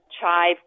chive